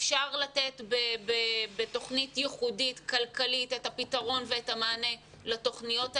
אפשר לתת בתוכנית ייחודית כלכלית את הפתרון ואת המענה לתוכניות האלה.